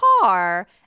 car